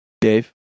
Dave